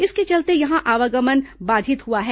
इसके चलते यहां आवागमन बाधित हआ है